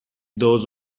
those